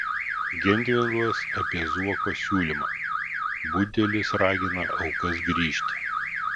gentvilas apie zuoko siūlymą budelis ragina aukas grįžti